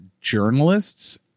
journalists